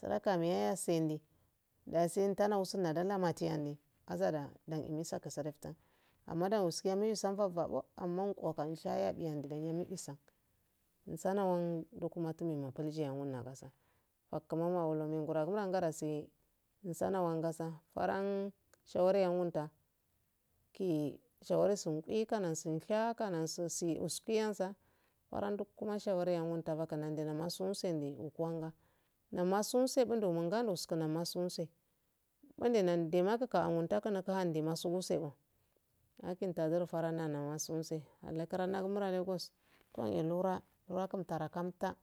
Sulaka miya yasende dasi umtana usumnada lla yatiyamde azara dane misakaso doftun ammdan uskiya amma kwa ko sayagiya umdudanyo mibisan nsanawan lukumantumin njiya nnaguan fagguma wawulon mengorowa gula dase nsana wangasaki shawarisu nkui kanansun sha kanansu si iskiiyanza faan dukkuma nandeamasun use undu ukuwanga amma sun wuse nunganu uku namasun wuje wande de makku kahahu maka fduru k nama su wusego yakiadiri faga logos tuanhe lura ndu kam ta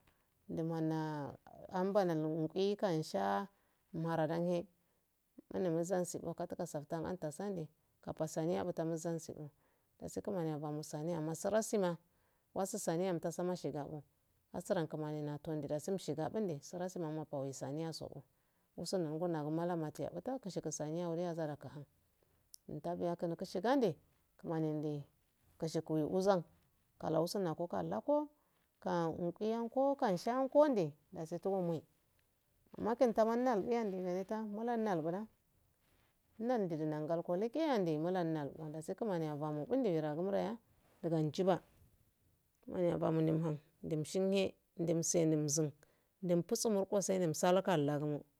ambana nki kam shaa maradanhe kafa sanne gi kuman afomo wai sania nasisa wasu sania masua astan kuman sara suma saniya subu shiga bunte saurahiga waika sanya nunga nau nate mala saniya umtakiya tubu shigande kumani nde kushufui kuzan kakukusuna kallakoo ka unkiyankoo kanshankonde makentamando innal ndede da ngalko lekki yande dasi kumani abamo kunde bunray a duganjiba kumani a bamo numhin dumshimhe ndumse numzen ndum fusa noskoye salo kala gumo